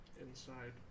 inside